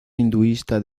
hinduista